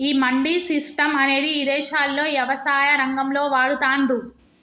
ఈ మండీ సిస్టం అనేది ఇదేశాల్లో యవసాయ రంగంలో వాడతాన్రు